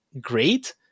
great